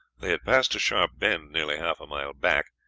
they had passed a sharp bend nearly half a mile back,